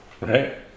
right